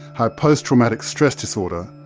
how post traumatic stress disorder,